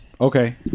Okay